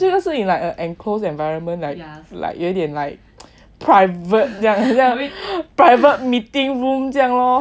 so 那时候 is like err enclosed environment like like 有一点 like private 这样 private meeting room 这样 lor